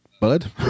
Bud